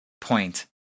point